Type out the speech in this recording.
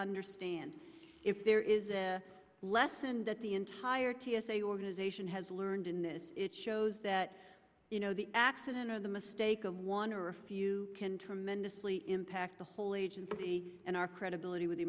understand if there is a lesson that the entire t s a organization has learned in this it shows that you know the accident or the mistake of one or a few can tremendously impact the whole agency and our credibility with the